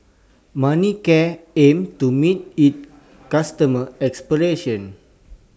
Manicare aims to meet its customers' expectations